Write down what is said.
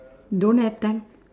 don't have time